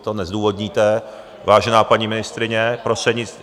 To nezdůvodníte, vážená paní ministryně, prostřednictvím... .